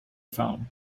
phone